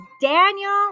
Daniel